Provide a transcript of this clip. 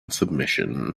submission